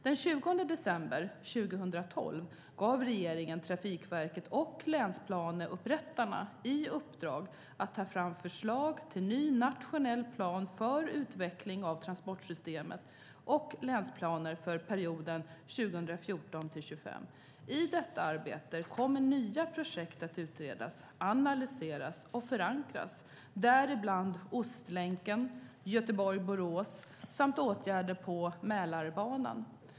Den 20 december 2012 gav regeringen Trafikverket och länsplaneupprättarna i uppdrag att ta fram förslag till ny nationell plan för utveckling av transportsystemet och länsplaner för perioden 2014-2025. I detta arbete kommer nya projekt att utredas, analyseras och förankras, däribland Ostlänken, Göteborg-Borås och åtgärder på Mälarbanan.